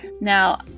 Now